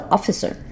Officer